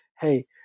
hey